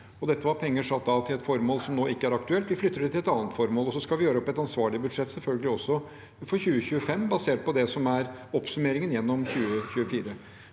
Dette var penger satt av til et formål som nå ikke er aktuelt. Vi flytter dem til et annet formål, og så skal vi selvfølgelig gjøre opp et ansvarlig budsjett også for 2025, basert på det som er oppsummeringen gjennom 2024.